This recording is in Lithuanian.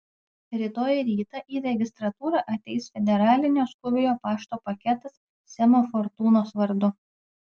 rytoj rytą į registratūrą ateis federalinio skubiojo pašto paketas semo fortūnos vardu